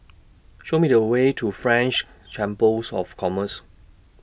Show Me The Way to French Chambers of Commerce